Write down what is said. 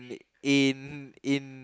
in in